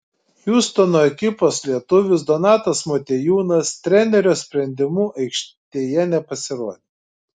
hjustono ekipos lietuvis donatas motiejūnas trenerio sprendimu aikštėje nepasirodė